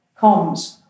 comms